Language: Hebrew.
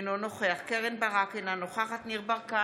אינו נוכח קרן ברק, אינה נוכחת ניר ברקת,